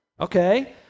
Okay